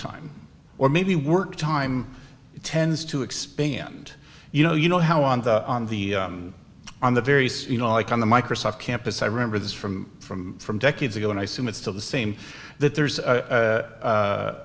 time or maybe work time tends to expand you know you know how on the on the on the various you know like on the microsoft campus i remember this from from from decades ago and i seem it's still the same that there's